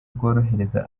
bworohereza